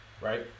Right